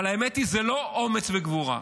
אבל האמת היא, זה לא אומץ וגבורה.